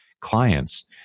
clients